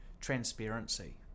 Transparency